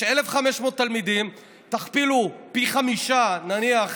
יש 1,500 תלמידים, תכפילו פי חמישה, נניח,